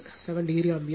7 degree ampere